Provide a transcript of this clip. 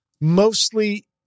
mostly